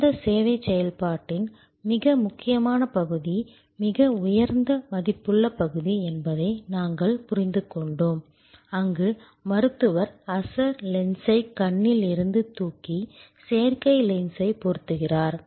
அந்தச் சேவைச் செயல்பாட்டின் மிக முக்கியமான பகுதி மிக உயர்ந்த மதிப்புள்ள பகுதி என்பதை நாங்கள் புரிந்துகொண்டோம் அங்கு மருத்துவர் அசல் லென்ஸை கண்ணில் இருந்து தூக்கி செயற்கை லென்ஸைப் பொருத்துகிறார்